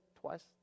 twice